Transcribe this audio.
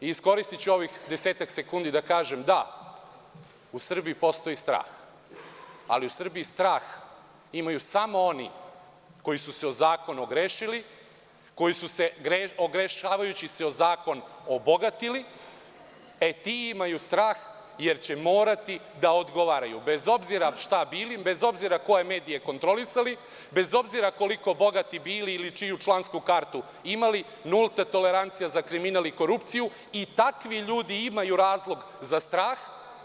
Iskoristiću ovih 10-ak sekundi da kažem da u Srbiji postoji strah, ali u Srbiji strah imaju samo oni koji su se o zakon ogrešili, koji su se ogrešavajući se o zakon obogatili, e, ti imaju strah, jer će morati da odgovaraju, bez obzira šta bili, bez obzira koje medije kontrolisali, bez obzira koliko bogati bili ili čiju stranku kartu imali, nulta tolerancija za kriminal i korupciju i takvi ljudi imaju razlog za strah.